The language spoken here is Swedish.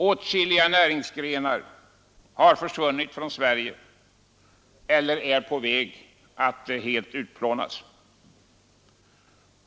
Åtskilliga näringsgrenar har försvunnit från Sverige eller är på väg att helt utplånas.